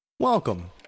Welcome